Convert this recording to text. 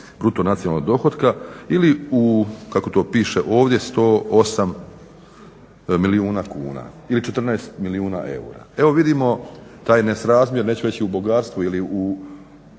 bruto nacionalnog dohotka ili u kako to piše ovdje 108 milijuna kuna ili 14 milijuna eura. Evo vidimo taj nesrazmjer neću reći u bogatstvu ili u